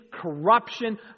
corruption